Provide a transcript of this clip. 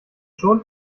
schon